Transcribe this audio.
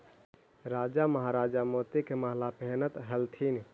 राजा महाराजा मोती के माला पहनऽ ह्ल्थिन